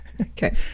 Okay